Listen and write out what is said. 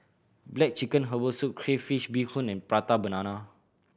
black chicken herbal soup crayfish beehoon and Prata Banana